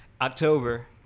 October